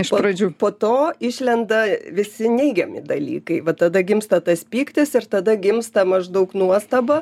iš pradžių po to išlenda visi neigiami dalykai va tada gimsta tas pyktis ir tada gimsta maždaug nuostaba